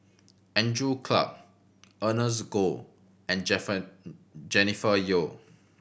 Andrew Clarke Ernest Goh and Jennifer Yeo